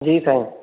जी साईं